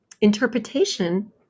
interpretation